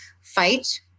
fight